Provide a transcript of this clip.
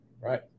Right